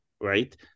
right